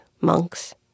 monks